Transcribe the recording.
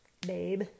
babe